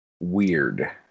weird